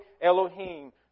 Elohim